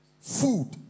food